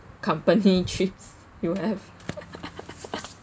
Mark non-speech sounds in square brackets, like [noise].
company trips you have [laughs]